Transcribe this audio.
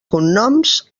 cognoms